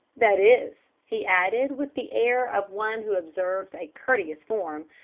that is, he added, with the air of one who observes a courteous form,